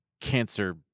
Cancer